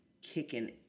kicking